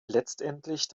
letztendlich